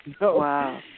Wow